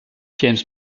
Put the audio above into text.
james